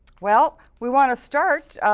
well, we want to start